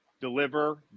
deliver